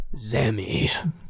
Zami